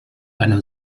einem